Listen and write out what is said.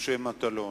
משה מטלון.